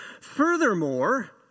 Furthermore